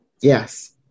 Yes